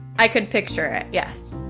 i could picture it. yes.